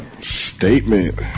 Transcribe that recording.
statement